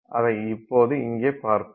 அதை இப்போது இங்கே பார்ப்போம்